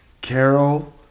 Carol